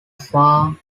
far